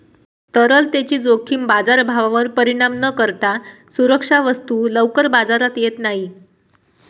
तरलतेची जोखीम बाजारभावावर परिणाम न करता सुरक्षा वस्तू लवकर बाजारात येत नाही